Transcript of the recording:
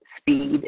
speed